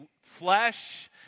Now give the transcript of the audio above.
flesh